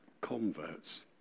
converts